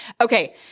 Okay